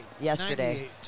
Yesterday